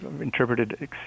interpreted